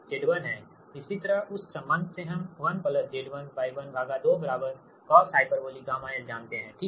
इसी तरह उस संबंध से हम 1 Z1Y12 cosh 𝛾l जानते हैंठीक